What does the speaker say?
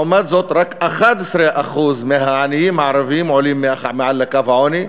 לעומת זאת רק 11% מהעניים הערבים עולים מעל לקו העוני.